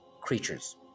creatures